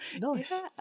Nice